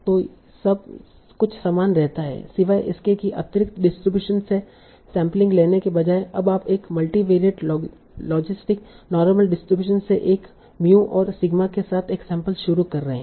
तो सब कुछ समान रहता है सिवाय इसके कि अतिरिक्त डिस्ट्रीब्यूशन से सैंपलिंग लेने के बजाय अब आप एक मल्टीवेरिएट लोगिस्टिक नार्मल डिस्ट्रीब्यूशन से एक म्यू और सिग्मा के साथ एक सैंपल शुरू कर रहे हैं